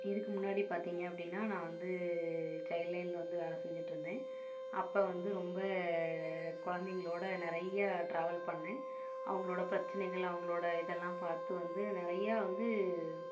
இதுக்கு முன்னாடி பார்த்திங்க அப்படின்னா நான் வந்து சைல்ட் லைனில் வந்து வேலை செஞ்சுட்டு இருந்தேன் அப்போ வந்து ரொம்ப குழந்தைங்களோட நிறையா டிராவல் பண்ணேன் அவங்களோட பிரச்சனைகள் அவங்களோட இதெல்லாம் பார்த்து வந்து நிறையா வந்து